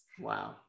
wow